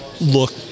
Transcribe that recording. look